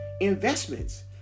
investments